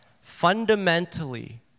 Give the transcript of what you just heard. fundamentally